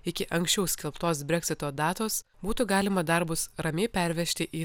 iki anksčiau skelbtos breksito datos būtų galima darbus ramiai pervežti į